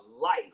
life